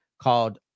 called